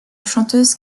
chanteuse